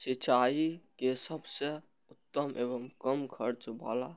सिंचाई के सबसे उत्तम एवं कम खर्च वाला